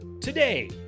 Today